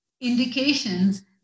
indications